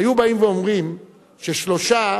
היו באים ואומרים ששלושה,